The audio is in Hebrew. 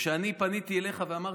וכשאני פניתי אליך ואמרתי,